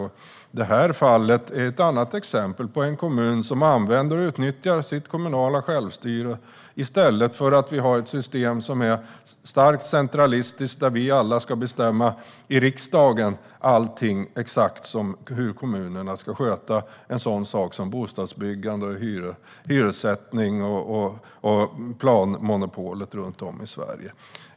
Göteborgsfallet är ett annat exempel på en kommun som använder och utnyttjar sitt kommunala självstyre. Ska vi i stället ha ett starkt centraliserat system där riksdagen ska bestämma allt om hur kommunerna ska sköta bostadsbyggande, hyressättning och planmonopol i Sverige?